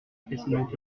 précédent